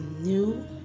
new